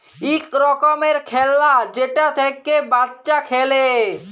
ইক রকমের খেল্লা যেটা থ্যাইকে বাচ্চা খেলে